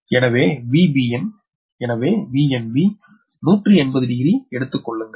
எனவே இது VBn எனவே VnB நூறு 180 டிகிரி எடுத்துக் கொள்ளுங்கள்